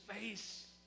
face